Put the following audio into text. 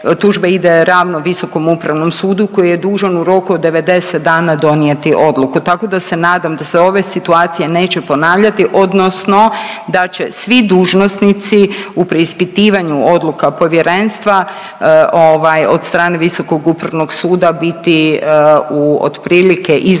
tužba ide ravno Visokom upravnom sudu koji je dužan u roku od 90 dana donijeti odluku. Tako da se nadam da se ove situacije neće ponavljati odnosno da će svi dužnosnici u preispitivanju odluka povjerenstva ovaj od strane Visokog upravnog suda biti u otprilike istom